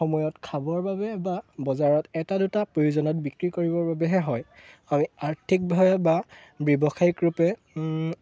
সময়ত খাবৰ বাবে বা বজাৰত এটা দুটা প্ৰয়োজনত বিক্ৰী কৰিবৰ বাবেহে হয় আমি আৰ্থিকভাৱে বা ব্যৱসায়িক ৰূপে